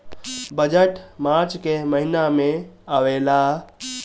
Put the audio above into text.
budget March के महिना में आवेला